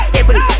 able